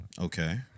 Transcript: Okay